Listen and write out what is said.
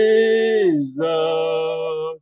Jesus